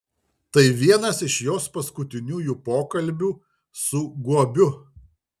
tai vienas iš jos paskutiniųjų pokalbių su guobiu